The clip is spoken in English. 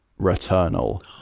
Returnal